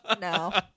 No